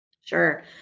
Sure